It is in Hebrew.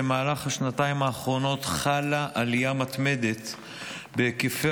במהלך השנתיים האחרונות חלה עלייה מתמדת בהיקפי